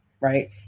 Right